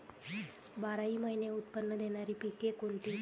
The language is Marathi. बाराही महिने उत्त्पन्न देणारी पिके कोणती?